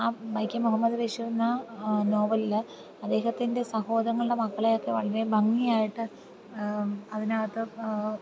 ആ വൈക്കം മുഹമ്മദ് ബഷീറിന് നോവലിൽ അദ്ദേഹത്തിൻ്റെ സഹോദരങ്ങളുടെ മക്കളെയൊക്കെ വളരെ ഭംഗിയായിട്ട് അതിനകത്ത്